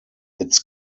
its